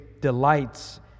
delights